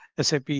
SAP